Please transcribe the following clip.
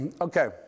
Okay